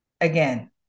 again